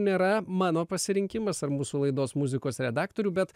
nėra mano pasirinkimas ar mūsų laidos muzikos redaktorių bet